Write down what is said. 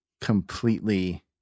completely